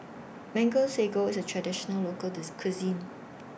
Mango Sago IS A Traditional Local Cuisine